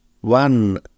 one